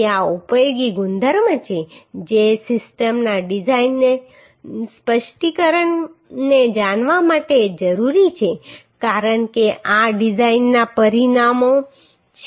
તેથી આ ઉપયોગી ગુણધર્મો છે જે સિસ્ટમના ડિઝાઇન સ્પષ્ટીકરણને જાણવા માટે જરૂરી છે કારણ કે આ ડિઝાઇનના પરિણામો છે